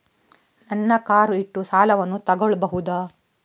ನನ್ನ ಕಾರ್ ಇಟ್ಟು ಸಾಲವನ್ನು ತಗೋಳ್ಬಹುದಾ?